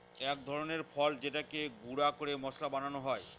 এক ধরনের ফল যেটাকে গুঁড়া করে মশলা বানানো হয়